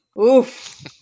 Oof